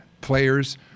Players